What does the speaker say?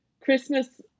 Christmas